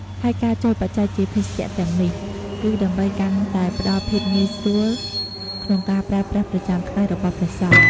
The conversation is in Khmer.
ហើយការចូលបច្ច័យជាភេសជ្ជៈទាំងនេះ គឺដើម្បីកាន់តែផ្ដល់ភាពងាយស្រួលក្នុងការប្រើប្រាស់ប្រចាំថ្ងៃរបស់ព្រះសង្ឃ។